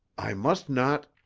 i must not.